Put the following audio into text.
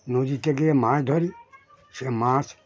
নদীতে গিয়ে মাছ ধরি সে মাছ